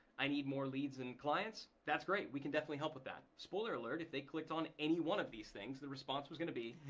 i need more leads and clients, that's great, we can definitely help with that. spoiler alert, if they clicked on any one of these things, the response was gonna be,